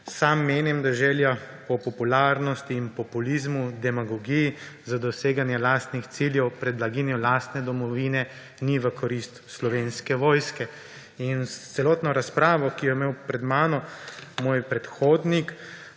Sam menim, da želja po popularnosti in populizmu, demagogiji za doseganje lastnih ciljev pred blaginjo lastne domovine ni v korist Slovenske vojske. In celotno razpravo, ki jo je imel pred mano moj predhodnik,